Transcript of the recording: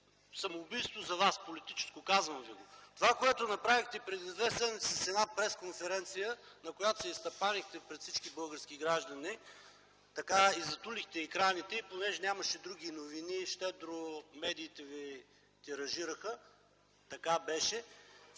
самоубийство за вас. Казвам ви го! Това което направихте преди известно време с една пресконференция, на която се изтъпанихте пред всички български граждани, и затулихте екраните, и понеже нямаше други новини, щедро медиите ви тиражираха, така беше,